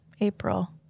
April